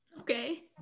Okay